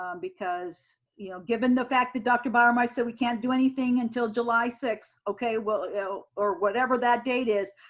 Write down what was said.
um because you know, given the fact that dr. bauermeister said we can't do anything until july sixth okay well or whatever that date is.